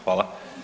Hvala.